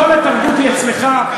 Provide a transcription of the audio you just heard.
כל התרבות היא אצלך,